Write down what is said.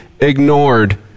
ignored